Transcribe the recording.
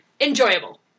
enjoyable